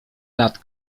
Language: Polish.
lat